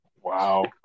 Wow